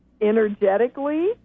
energetically